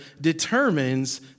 determines